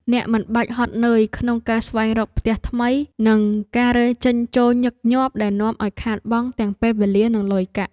អ្នកមិនបាច់ហត់នឿយក្នុងការស្វែងរកផ្ទះថ្មីនិងការរើចេញចូលញឹកញាប់ដែលនាំឱ្យខាតបង់ទាំងពេលវេលានិងលុយកាក់។